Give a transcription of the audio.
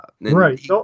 right